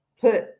put